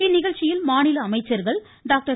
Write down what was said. இந்நிகழ்ச்சியில் அமைச்சர்கள் டாக்டர்